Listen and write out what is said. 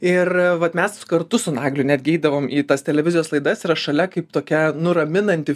ir vat mes kartu su nagliu netgi eidavom į tas televizijos laidas yra šalia kaip tokia nuraminanti